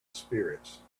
sprints